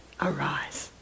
arise